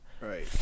Right